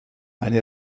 eine